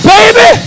Baby